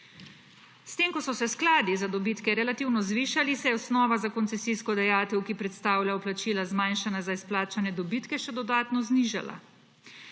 S tem ko so se skladi za dobitke relativno zvišali, se je osnova za koncesijsko dajatev, ki predstavlja vplačila, zmanjšana za izplačane dobitke, še dodatno znižala.